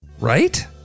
right